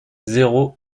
zéro